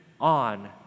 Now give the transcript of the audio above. on